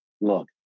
look